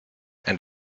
and